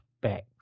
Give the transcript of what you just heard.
back